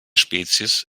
spezies